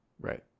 Right